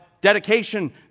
dedication